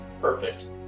Perfect